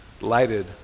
lighted